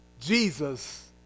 Jesus